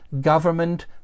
government